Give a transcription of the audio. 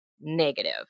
negative